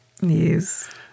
Yes